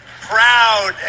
proud